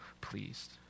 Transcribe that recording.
pleased